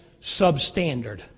substandard